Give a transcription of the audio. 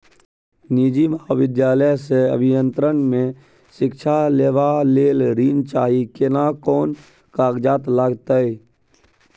निजी महाविद्यालय से अभियंत्रण मे शिक्षा लेबा ले ऋण चाही केना कोन कागजात लागतै?